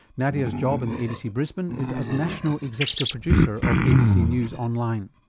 nadia's job in the abc brisbane is as national executive producer of abc news online.